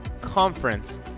conference